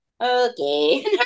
Okay